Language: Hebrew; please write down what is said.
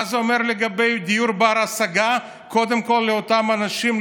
מה זה אומר לגבי דיור בר-השגה קודם כול לאותם אנשים,